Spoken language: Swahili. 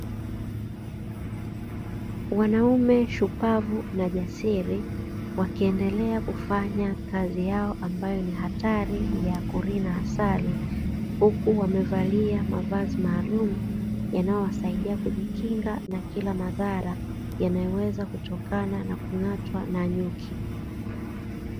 Wanaume shupavu na jasili ,wakiendelea kufanya kazi yao ambayo ni hatari ya kulina asali, huku wamevalia mavazi maalumu yanayowasaidia kujikinga na kila madhara yanayoweza kutokana na kung'atwaa na nyuki.